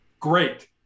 Great